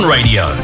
Radio